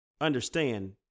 Understand